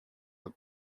that